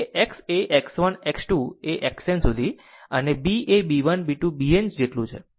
એ જ રીતે x એ x 1 x 2 એ xn સુધી અને B એ b 1 b 2 bn જેટલું છે